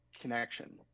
connection